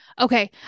Okay